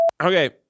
Okay